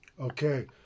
Okay